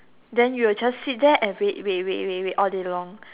then you will just sit there and wait wait wait wait wait all day long